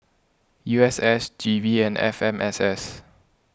U S S G V and F M S S